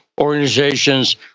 Organization's